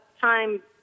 time